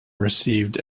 received